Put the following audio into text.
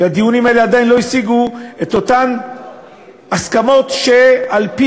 והדיונים האלה עדיין לא השיגו את אותן הסכמות שעל-פי